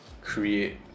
create